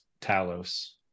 Talos